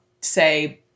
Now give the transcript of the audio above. say